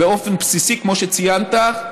באופן בסיסי, כמו שציינת,